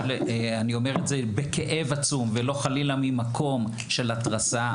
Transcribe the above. אני אומר את זה בכאב עצום ולא חלילה ממקום של התרסה.